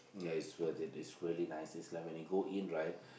ya it's worth it it's really nice it's like when you go in right